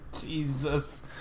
Jesus